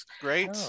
great